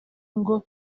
ngo